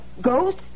ghost